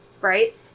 right